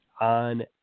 on